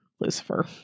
lucifer